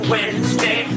Wednesday